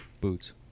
boots